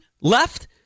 left